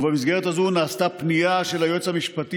ובמסגרת הזאת נעשתה פנייה של היועץ המשפטי